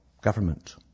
government